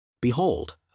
Behold